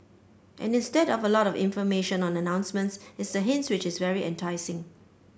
and instead of a lot of information on announcements it's the hints which is very enticing